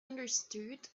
understood